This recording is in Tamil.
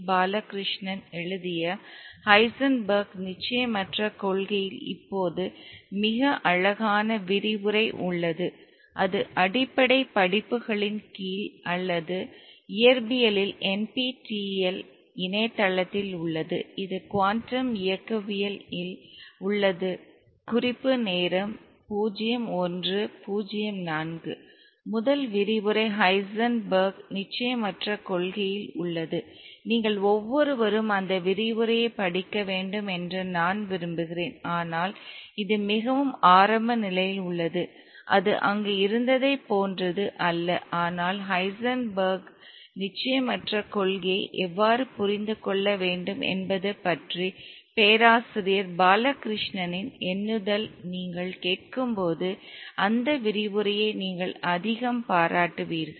பாலகிருஷ்ணன் எழுதிய ஹைசன்பெர்க் நிச்சயமற்ற கொள்கையில் இப்போது மிக அழகான விரிவுரை உள்ளது அது அடிப்படை படிப்புகளின் கீழ் அல்லது இயற்பியலில் NPTEL இணையதளத்தில் உள்ளது இது குவாண்டம் இயக்கவியல் இல் உள்ளது முதல் விரிவுரை ஹைசன்பெர்க் நிச்சயமற்ற கொள்கையில் உள்ளது நீங்கள் ஒவ்வொருவரும் அந்த விரிவுரையை படிக்க வேண்டும் என்று நான் விரும்புகிறேன் ஆனால் இது மிகவும் ஆரம்ப நிலையில் உள்ளது அது அங்கு இருந்ததைப் போன்றது அல்ல ஆனால் ஹைசன்பெர்க் நிச்சயமற்ற கொள்கையை எவ்வாறு புரிந்து கொள்ள வேண்டும் என்பது பற்றி பேராசிரியர் பாலகிருஷ்ணனின் Balakrishnan's எண்ணுதல் நீங்கள் கேட்கும்போது அந்த விரிவுரையை நீங்கள் அதிகம் பாராட்டுவீர்கள்